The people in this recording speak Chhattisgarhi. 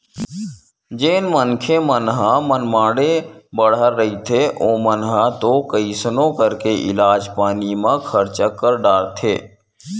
जेन मनखे मन ह मनमाड़े बड़हर रहिथे ओमन ह तो कइसनो करके इलाज पानी म खरचा कर डारथे